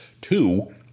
Two